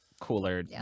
cooler